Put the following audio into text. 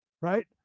right